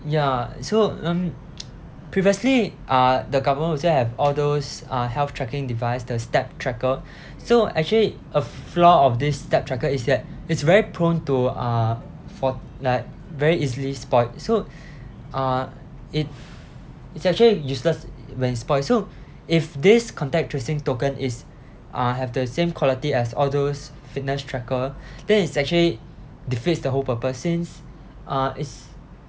ya so um previously uh the government will still have all those uh health tracking device the step tracker so actually a flaw of this step tracker is that it's very prone to uh for like very easily spoilt so uh it it's actually useless when it spoil so if this contact tracing token is uh have the same quality as all those fitness tracker then it's actually defeats the whole purpose since uh it's